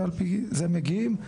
ועל פי זה מגיעים.